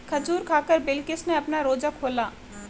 खजूर खाकर बिलकिश ने अपना रोजा खोला